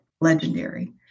legendary